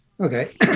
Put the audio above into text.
okay